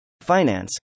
Finance